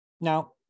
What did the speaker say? Now